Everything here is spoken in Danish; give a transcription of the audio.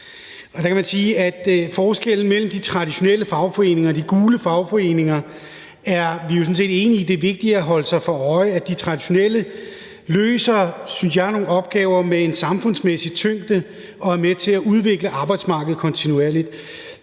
forskellen mellem de traditionelle fagforeninger og de gule fagforeninger er, så er vi jo sådan set enige i, at det er vigtigt at holde sig for øje, at de traditionelle fagforeninger løser, synes jeg, nogle opgaver med en samfundsmæssig tyngde og er med til at udvikle arbejdsmarkedet kontinuerligt.